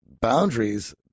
boundaries